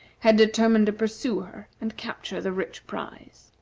had determined to pursue her and capture the rich prize.